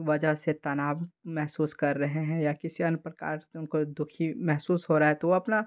वजह से तनाव महसूस कर रहे हैं या किसी अन्य प्रकार से उनको दुख महसूस हो रहा तो वो अपना